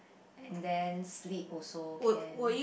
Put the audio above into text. and then sleep also can